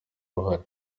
uruhare